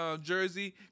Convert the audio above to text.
jersey